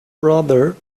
brother